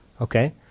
Okay